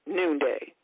noonday